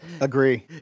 agree